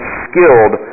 skilled